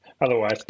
Otherwise